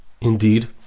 indeed